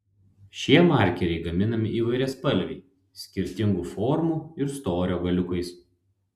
šie markeriai gaminami įvairiaspalviai skirtingų formų ir storio galiukais